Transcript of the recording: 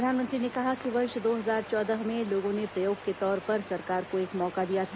प्रधानमंत्री ने कहा कि वर्ष दो हजार चौदह में लोगों ने प्रयोग के तौर पर सरकार को एक मौका दिया था